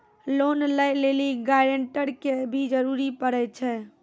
Loan लै लेली guarantor के भी जरूरी पड़ै छै?